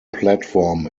platform